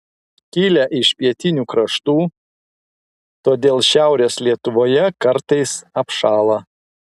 kilę iš pietinių kraštų todėl šiaurės lietuvoje kartais apšąla